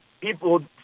people